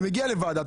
אתה מגיע לוועדה,